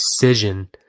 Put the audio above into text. decision